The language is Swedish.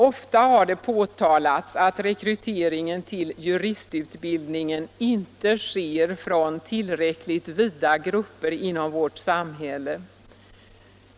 Ofta har det påtalats att rekryteringen till juristutbildningen inte sker från tillräckligt vida grupper inom vårt samhälle.